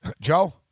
Joe